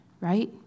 right